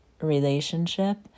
relationship